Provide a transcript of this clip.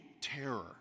terror